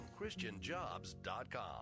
ChristianJobs.com